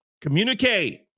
communicate